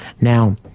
Now